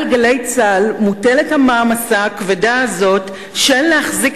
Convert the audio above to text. על "גלי צה"ל" מוטלת המעמסה הכבדה הזו של להחזיק